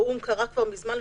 האו"ם קרא כבר מזמן,